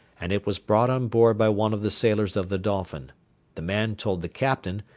and it was brought on board by one of the sailors of the dolphin the man told the captain,